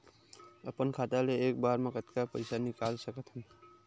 अपन खाता ले एक बार मा कतका पईसा निकाल सकत हन?